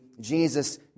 Jesus